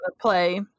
play